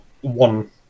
one